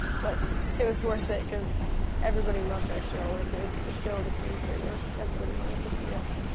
but it was worth it cause everybody loved our show. like it was the show to see pretty much. everybody wanted to see us.